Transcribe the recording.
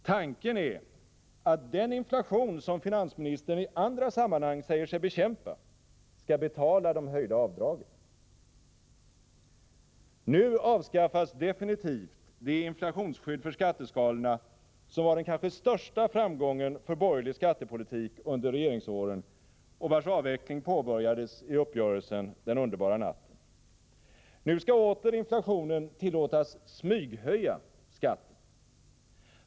Tanken är att den inflation som finansministern i andra sammanhang säger sig bekämpa skall betala de höjda avdragen. Nu avskaffas definitivt det inflationsskydd för skatteskalorna som var den kanske största framgången för borgerlig skattepolitik under regeringsåren och vars avveckling påbörjades i uppgörelsen den underbara natten. Nu skall åter inflationen tillåtas smyghöja skatten.